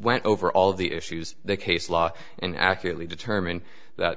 went over all of the issues the case law and accurately determine that